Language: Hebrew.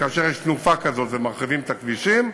כאשר יש תנופה כזאת ומרחיבים את הכבישים,